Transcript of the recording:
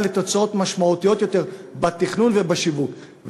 לתוצאות משמעותיות יותר בתכנון ובשיווק.